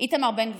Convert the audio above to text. איתמר בן גביר: